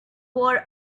wore